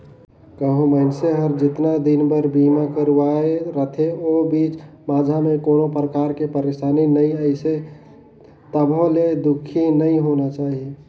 कहो मइनसे हर जेतना दिन बर बीमा करवाये रथे ओ बीच माझा मे कोनो परकार के परसानी नइ आइसे तभो ले दुखी नइ होना चाही